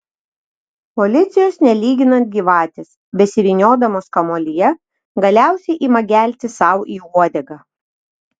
policijos nelyginant gyvatės besivyniodamos kamuolyje galiausiai ima gelti sau į uodegą